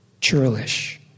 churlish